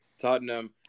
Tottenham